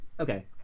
Okay